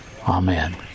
amen